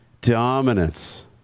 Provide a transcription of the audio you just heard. dominance